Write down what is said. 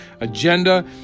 agenda